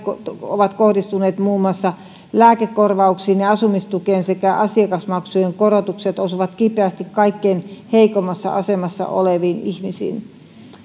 ovat kohdistuneet muun muassa lääkekorvauksiin ja asumistukeen ja asiakasmaksujen korotukset osuvat kipeästi kaikkein heikoimmassa asemassa oleviin ihmisiin